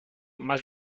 más